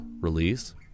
release